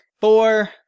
four